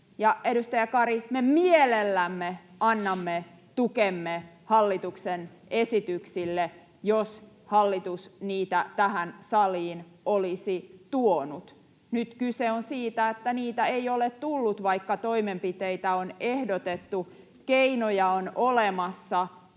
edustaja Kari, me mielellämme olisimme antaneet tukemme hallituksen esityksille, jos hallitus niitä tähän saliin olisi tuonut. Nyt kyse on siitä, että niitä ei ole tullut, vaikka toimenpiteitä on ehdotettu. Keinoja on olemassa,